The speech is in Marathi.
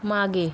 मागे